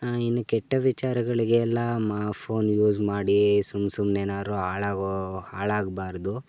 ಇನ್ನು ಕೆಟ್ಟ ವಿಚಾರಗಳಿಗೆ ಎಲ್ಲ ಮಾ ಫೋನ್ ಯೂಸ್ ಮಾಡಿ ಸುಮ್ ಸುಮ್ಮನೆ ಏನಾರು ಹಾಳಾಗೋ ಹಾಳಾಗ್ಬಾರದು